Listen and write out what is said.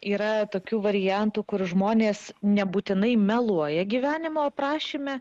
yra tokių variantų kur žmonės nebūtinai meluoja gyvenimo aprašyme